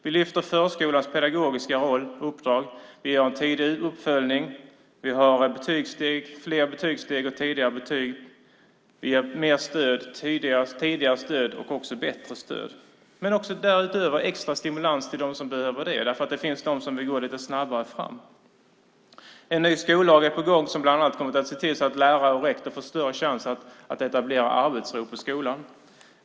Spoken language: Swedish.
Vi lyfter förskolans pedagogiska roll och uppdrag. Vi gör en tidig uppföljning. Vi har fler betygssteg och tidigare betyg, och vi ger tidigare och bättre stöd. Därutöver ger vi extra stimulans för dem som behöver det, för det finns de som vill gå lite snabbare fram. En ny skollag är på gång som bland annat kommer att se till att lärare och rektor får större chans att etablera arbetsro på skolan.